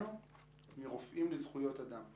מרופאים לזכויות אדם,